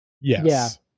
yes